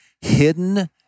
hidden